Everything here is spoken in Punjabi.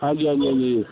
ਹਾਂਜੀ ਹਾਂਜੀ ਹਾਂਜੀ ਜੀ